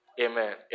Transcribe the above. Amen